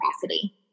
capacity